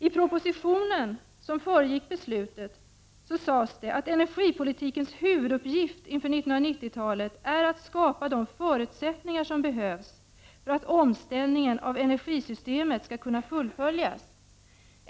I propositionen som föregick beslutet sades det att energipolitikens huvuduppgift inför 1990-talet är att skapa de förutsättningar som behövs för att omställningen av energisystemet skall kunna fullföljas.